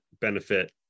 benefit